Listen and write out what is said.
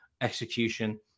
execution